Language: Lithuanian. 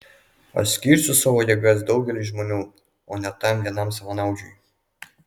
aš skirsiu savo jėgas daugeliui žmonių o ne tam vienam savanaudžiui